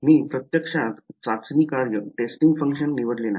मी प्रत्यक्षात चाचणी कार्य निवडले नाही